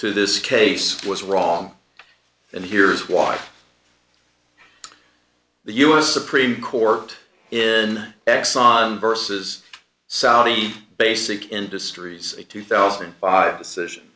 to this case was wrong and here's why the u s supreme court in exxon versus saudi basic industries a two thousand and five session